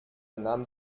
nahm